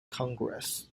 congress